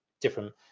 different